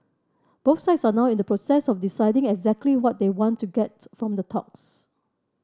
both sides are now in the process of deciding exactly what they want to get from the talks